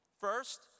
First